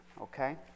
okay